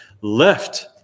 left